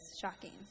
shocking